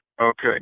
okay